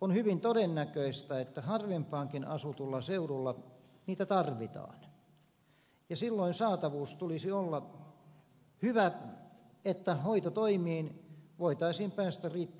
on hyvin todennäköistä että harvempaankin asutulla seudulla niitä tarvitaan ja silloin saatavuuden tulisi olla hyvä että hoitotoimiin voitaisiin päästä riittävän ajoissa